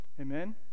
Amen